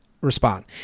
respond